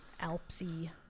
Alpsy